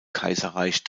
kaiserreich